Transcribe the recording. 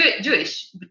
Jewish